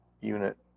unit